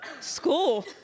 School